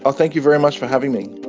ah thank you very much for having me.